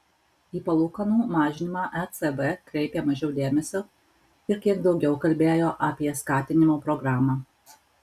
į palūkanų mažinimą ecb kreipė mažiau dėmesio ir kiek daugiau kalbėjo apie skatinimo programą